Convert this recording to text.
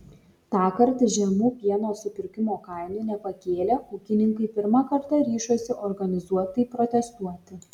tąkart žemų pieno supirkimo kainų nepakėlę ūkininkai pirmą kartą ryžosi organizuotai protestuoti